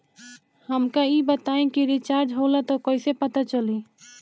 हमका ई बताई कि रिचार्ज होला त कईसे पता चली?